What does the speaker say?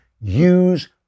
use